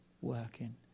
working